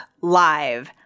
Live